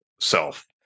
self